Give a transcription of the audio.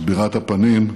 מסבירת הפנים,